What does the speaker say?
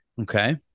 Okay